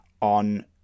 on